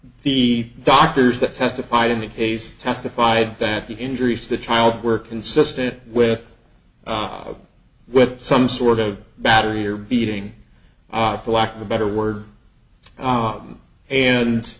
the doctors that testified in the case testified that the injuries to the child were consistent with with some sort of battery or beating up lack of a better word og and